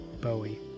Bowie